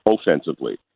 offensively